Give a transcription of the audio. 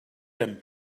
him